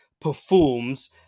performs